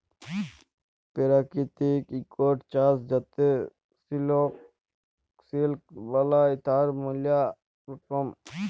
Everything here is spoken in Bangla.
পেরাকিতিক ইকট চাস যাতে সিলিক বালাই, তার ম্যালা রকম